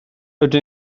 rydw